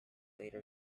later